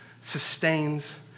sustains